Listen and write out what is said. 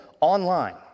online